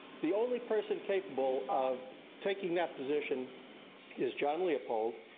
the only person capable of taking that position is john leopold,